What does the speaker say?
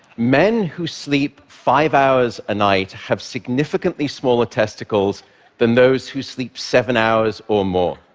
men who sleep five hours a night have significantly smaller testicles than those who sleep seven hours or more.